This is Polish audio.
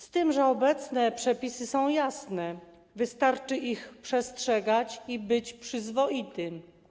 Z tym że obecne przepisy są jasne, wystarczy ich przestrzegać i być przyzwoitym.